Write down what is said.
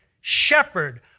shepherd